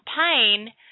pain